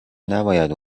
نباید